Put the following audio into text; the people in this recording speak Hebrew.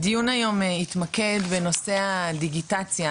הדיון היום יתמקד בנושא דיגיטציה